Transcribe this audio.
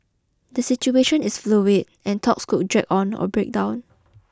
the situation is fluid and talks could drag on or break down